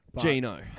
Gino